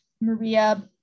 Maria